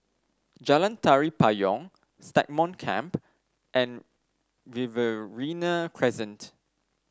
Jalan Tari Payong Stagmont Camp and Riverina Crescent